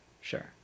sure